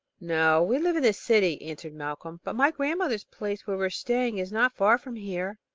no, we live in the city, answered malcolm, but my grandmother's place, where we are staying, is not far from here.